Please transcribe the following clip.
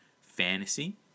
fantasy